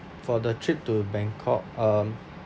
for the trip to bangkok um